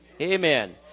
Amen